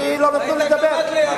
לא נותנים לי לדבר.